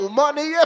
money